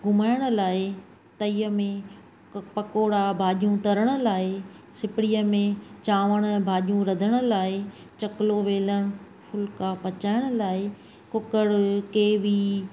घुमाइण लाइ तईअ में पकोड़ा भाॼियूं तरण लाइ सिपिड़ीअ में चांवर भाॼियूं रधण लाइ चकलो वेलणु फुल्का पचायण लाइ कुकर केवी